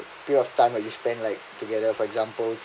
period of time where you spend like together for example